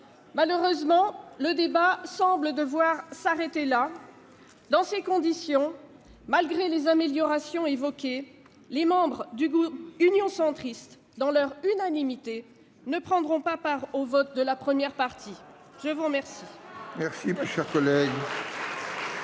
Malheureusement, le débat semble devoir se clore là. Dans ces conditions, malgré les améliorations évoquées, les membres du groupe Union Centriste, dans leur unanimité, ne prendront pas part au vote de la première partie. Ce n'est pas très grave ! La parole est